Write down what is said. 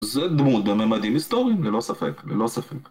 זה דמות בממדים היסטוריים, ללא ספק, ללא ספק.